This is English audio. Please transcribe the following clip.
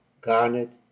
garnet